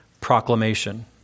proclamation